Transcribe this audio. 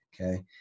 okay